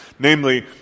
Namely